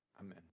Amen